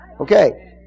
Okay